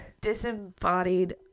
Disembodied